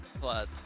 Plus